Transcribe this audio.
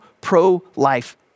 pro-life